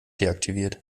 deaktiviert